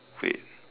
fate